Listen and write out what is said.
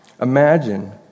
Imagine